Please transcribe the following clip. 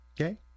Okay